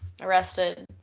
arrested